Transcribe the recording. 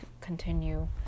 continue